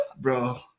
bro